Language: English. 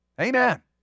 Amen